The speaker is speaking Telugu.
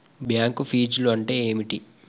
బ్యాంక్ ఫీజ్లు అంటే ఏమిటి?